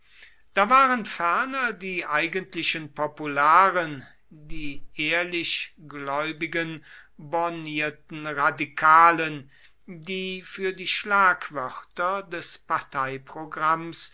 da waren ferner die eigentlichen popularen die ehrlich gläubigen bornierten radikalen die für die schlagwörter des parteiprogramms